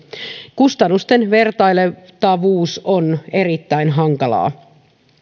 kustannusten vertailtavuus on erittäin hankalaa